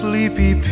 Sleepy